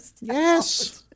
Yes